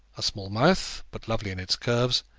a small mouth, but lovely in its curves,